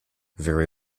very